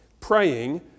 praying